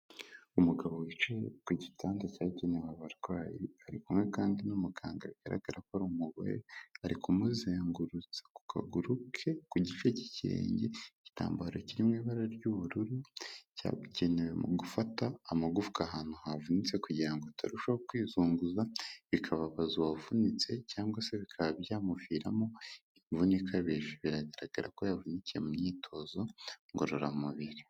Umugabo wicaye ku gitanda cyagenewe abarwayi, ari kumwe kandi n'umuganga bigaragara ko ari umugore, ari kumuzengurutsa ku kaguru ke ku gice cy'ikire igitambaro kiri mu ibara ry'ubururu cyabugenewe mu gufata amagufwa ahantu havunitse kugira ngo atarushaho kwizunguza, bikababaza uwavunitse cyangwa se bikaba byamuviramo imvune ikabije. Biragaragara ko yavunikiye mu myitozo ngororamubiri.